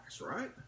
right